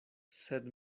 sed